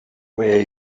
will